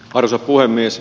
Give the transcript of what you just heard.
arvoisa puhemies